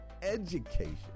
education